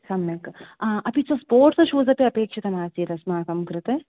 सम्यक् अपि च स्पोर्ट्स् शूस् अपि अपेक्षितमासीत् अस्माकं कृते